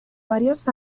varios